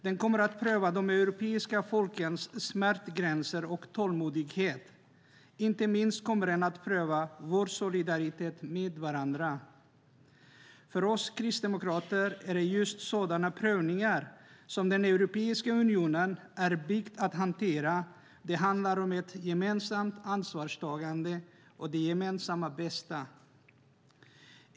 Den kommer att pröva de europeiska folkens smärtgränser och tålmodighet. Inte minst kommer den att pröva vår solidaritet med varandra. För oss kristdemokrater är det just sådana prövningar som den Europeiska unionen är byggd för att hantera. Det handlar om ett gemensamt ansvarstagande för det gemensamma bästa.